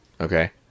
Okay